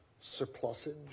surplusage